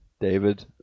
David